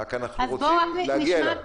אלא שאנחנו רוצים להגיע אליו.